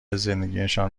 زندگیشان